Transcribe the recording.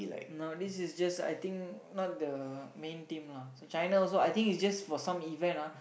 no this is just I think not the main team lah so China also I think is just for some event ah